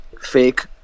fake